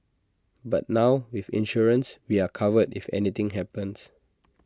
but now with insurance we are covered if anything happens